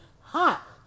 hot